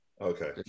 Okay